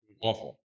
awful